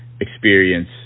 experience